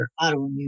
autoimmune